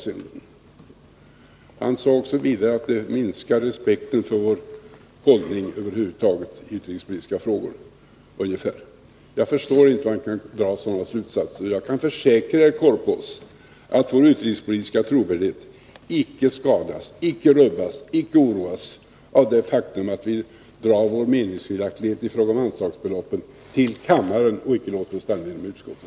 Han sade vidare att det minskar respekten för vår hållning över huvud taget i utrikespolitiska frågor. Jag förstår inte hur han kan dra sådana slutsatser. Jag försäkrar herr Korpås att vår utrikespolitiska trovärdighet icke skadas, icke rubbas, icke oroas av det faktum att vi drar vår meningsskiljaktighet i fråga om anslagsbeloppen till kammaren och inte låter den stanna inom utskottet.